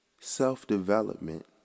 self-development